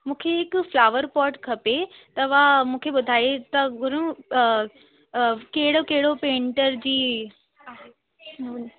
मूंखे हिकु flower pot खपे तव्हां मूंखे ॿुधाए था घुरु कहिड़ो कहिड़ो पेंटर जी आहे